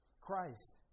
Christ